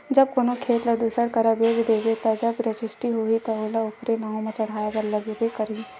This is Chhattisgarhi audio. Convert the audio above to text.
जब कोनो खेत ल दूसर करा बेच देबे ता जब रजिस्टी होही ता ओला तो ओखर नांव म चड़हाय बर लगबे करही